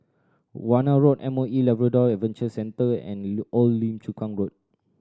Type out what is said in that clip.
Warna Road M O E Labrador Adventure Centre and Old Lim Chu Kang Road